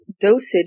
dosage